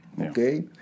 Okay